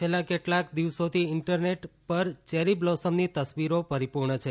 છેલ્લા કેટલાંક દિવસોથી ઈન્ટરનેટ ચેરીબ્લોસમની તસવીરોથી પરિપૂર્ણ છે